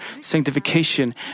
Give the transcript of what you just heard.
sanctification